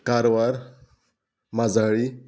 Karwar Majali